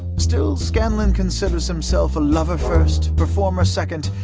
still, scanlan considers himself a lover first, performer second,